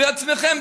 בעצמכם,